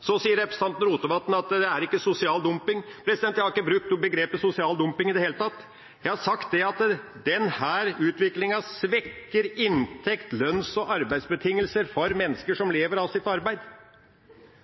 Så sier representanten Rotevatn at det er ikke sosial dumping. Jeg har ikke brukt begrepet sosial dumping i det hele tatt. Jeg har sagt at denne utviklinga svekker inntekter og lønns- og arbeidsbetingelser for mennesker som lever av sitt arbeid.